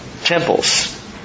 Temples